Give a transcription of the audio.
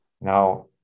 Now